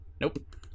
Nope